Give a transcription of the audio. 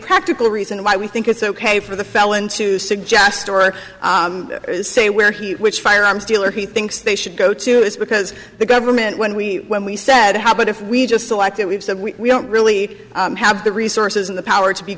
practical reason why we think it's ok for the felon to suggest or say where which firearms dealer he thinks they should go to is because the government when we when we said how about if we just select it we've said we don't really have the resources and the power to be